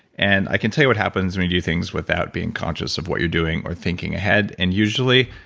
and i can tell you what happens when you do things without being conscious of what you're doing or thinking ahead and usually,